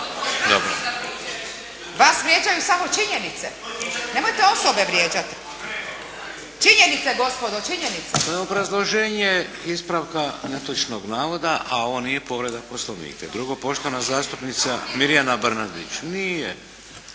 se./. Vas vrijeđaju samo činjenice, nemojte osobe vrijeđati. Činjenice gospodo, činjenice. **Šeks, Vladimir (HDZ)** To je obrazloženje ispravka netočnog navoda, a ovo nije povreda Poslovnika. Drugo, poštovana zastupnica Mirjana Brnadić.